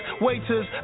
waiters